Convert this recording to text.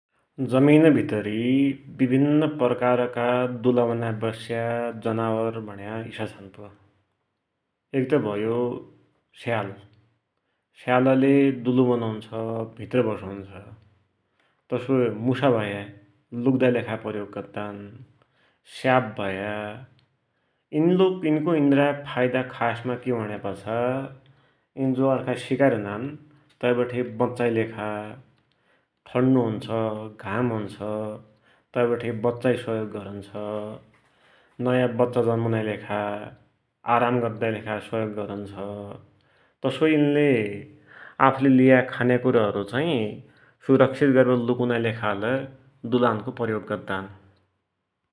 जमिन भितरि विभिन्न प्रकारका दुला बनाइबटे बस्या जनावर भुण्या इसा छन् पुइ, एकत भयो स्याल, स्यालले दुलो बनुन्छ, भित्र बसुन्छ, तसोई मुसा भया लुक्दाको लेखा प्रयोग गद्दान, स्याप भया इनको इनलाई फाइदा खासमाइ कि भुण्या पाछा इन जो अर्खा सिकारी हुनान तै बठे बच्चाकी लेखा, ठण्णो हुन्छ, घाम हुन्छ तै बठे बच्चाकी सहयोग गरुन्छ, नयाँ बच्चा जन्मुनाकी लेखा, आराम गद्दाकिलेखा सहयोग गरुन्छ, तसोई इनले आफ्ले लिया खान्याकुराहरु चाहि सुरक्षित गरिबटे लुकुनाकी लेखालै दुलानको प्रयोग गद्दान ।